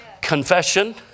Confession